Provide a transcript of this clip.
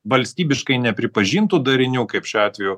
valstybiškai nepripažintų darinių kaip šiuo atveju